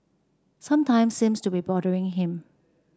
sometime seems to be bothering him